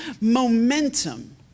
momentum